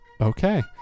Okay